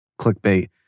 clickbait